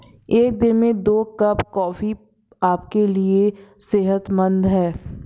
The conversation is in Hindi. एक दिन में दो कप कॉफी आपके लिए सेहतमंद है